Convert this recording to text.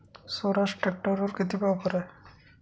स्वराज ट्रॅक्टरवर किती ऑफर आहे?